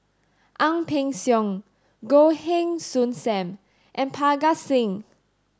Ang Peng Siong Goh Heng Soon Sam and Parga Singh